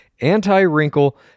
anti-wrinkle